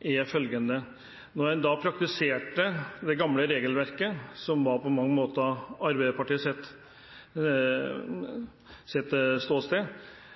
er følgende: Når en praktiserer det gamle regelverket, som på mange